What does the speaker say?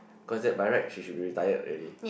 cause that by right she should be retired already